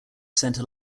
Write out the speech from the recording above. center